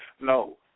No